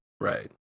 Right